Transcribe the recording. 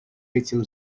этим